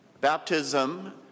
Baptism